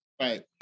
Right